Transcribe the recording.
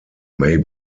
may